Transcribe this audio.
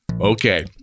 Okay